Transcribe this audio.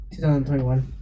2021